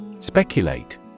Speculate